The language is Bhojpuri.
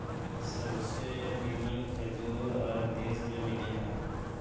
सबसे निमन खजूर अरब देश में मिलेला